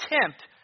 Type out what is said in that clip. attempt